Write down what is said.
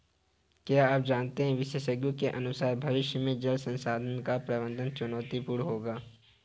क्या आप जानते है विशेषज्ञों के अनुसार भविष्य में जल संसाधन का प्रबंधन चुनौतीपूर्ण होगा